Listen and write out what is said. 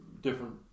different